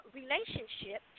relationship